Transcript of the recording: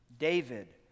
David